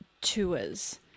Tours